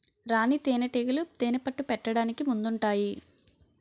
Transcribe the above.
రాణీ తేనేటీగలు తేనెపట్టు పెట్టడానికి ముందుంటాయి